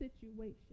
situation